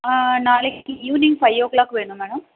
ஆ நாளைக்கு evening five o'clock வேணும் madam